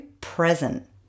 present